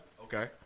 Okay